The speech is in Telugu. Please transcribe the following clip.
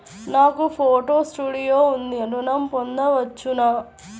నాకు ఫోటో స్టూడియో ఉంది ఋణం పొంద వచ్చునా?